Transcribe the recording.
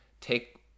take